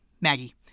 Maggie